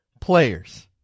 players